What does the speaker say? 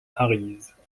arize